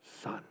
Son